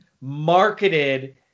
marketed